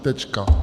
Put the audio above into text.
Tečka.